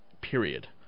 period